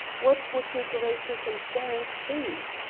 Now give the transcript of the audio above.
what would your grace's inference be?